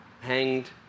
hanged